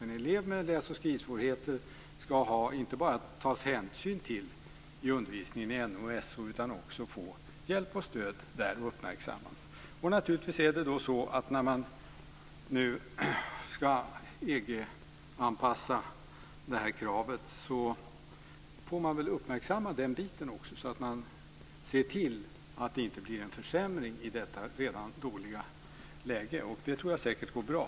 En elev med läs och skrivsvårigheter ska inte bara tas hänsyn till i undervisningen i NO och SO utan också få hjälp och stöd. Naturligtvis får man, när man nu ska EG-anpassa det här kravet, uppmärksamma även detta och se till att det inte blir en försämring i detta redan dåliga läge. Det tror jag säkert går bra.